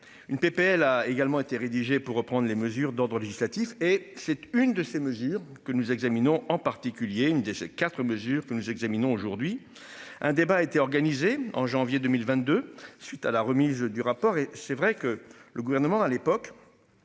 une PPL a également été rédigée pour reprendre les mesures d'ordre législatif et cette une de ces mesures que nous examinons en particulier, une des 4 mesures que nous examinons aujourd'hui un débat était organisé en janvier 2022 suite à la remise du rapport et c'est vrai que le gouvernement à l'époque.